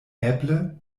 eble